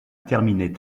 terminer